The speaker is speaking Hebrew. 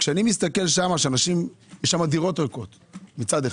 כשאני מסתכל שם, יש שם דירות ריקות מצד אחד,